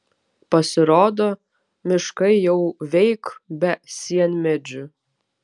pasirodo miškai jau veik be sienmedžių